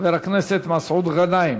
חבר הכנסת מסעוד גנאים.